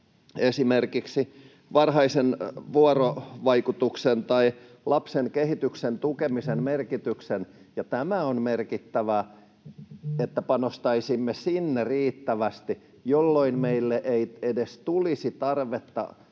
esimerkiksi varhaisen vuorovaikutuksen tai lapsen kehityksen tukemisen merkityksen. Tämä on merkittävää, että panostaisimme sinne riittävästi, jolloin meille ei edes tulisi tarvetta